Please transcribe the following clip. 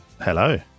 Hello